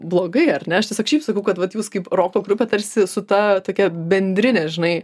blogai ar ne aš tiesiog šiaip sakau kad vat jūs kaip roko grupė tarsi su ta tokia bendrine žinai